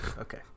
okay